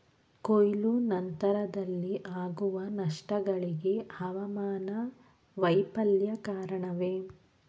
ಕೊಯ್ಲು ನಂತರದಲ್ಲಿ ಆಗುವ ನಷ್ಟಗಳಿಗೆ ಹವಾಮಾನ ವೈಫಲ್ಯ ಕಾರಣವೇ?